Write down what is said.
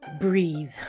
Breathe